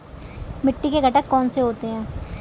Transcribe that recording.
मिट्टी के घटक कौन से होते हैं?